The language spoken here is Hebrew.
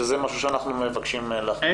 שזה דבר שאנחנו מבקשים להכניס.